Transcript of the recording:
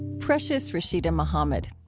precious rasheeda muhammad.